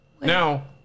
Now